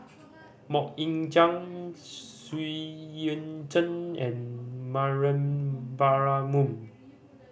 Mok Ying Jang Xu Yuan Zhen and Mariam Baharom